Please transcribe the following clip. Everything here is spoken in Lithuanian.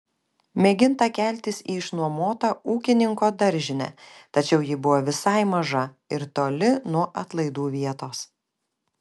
mėginta keltis į išnuomotą ūkininko daržinę tačiau ji buvo visai maža ir toli nuo atlaidų vietos